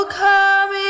come